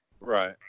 Right